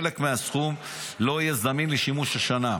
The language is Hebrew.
חלק מהסכום לא יהיה זמין לשימוש השנה.